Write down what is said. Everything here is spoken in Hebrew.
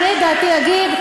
אני את דעתי אגיד.